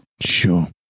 Sure